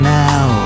now